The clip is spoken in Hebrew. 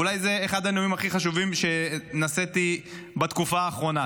אולי זה אחד הנאומים הכי חשובים שנשאתי בתקופה האחרונה,